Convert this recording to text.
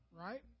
right